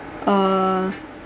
uh